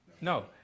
No